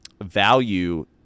value